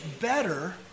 better